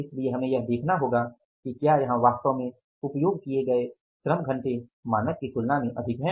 इसलिए हमें यह देखना होगा कि क्या यहाँ वास्तव में उपयोग किए श्रम घंटे मानक की तुलना में अधिक हैं